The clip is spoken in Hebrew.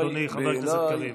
אדוני חבר הכנסת קריב.